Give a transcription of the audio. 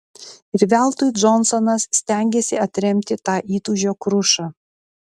ir veltui džonsonas stengėsi atremti tą įtūžio krušą